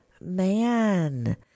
man